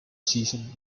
season